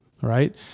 right